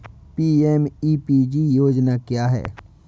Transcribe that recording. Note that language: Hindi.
पी.एम.ई.पी.जी योजना क्या है?